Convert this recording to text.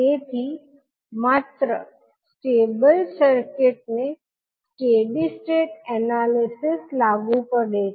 તેથી માત્ર સ્ટેબલ સર્કિટ્સને સ્ટેડી સ્ટેટ એનાલિસીસ લાગુ પડે છે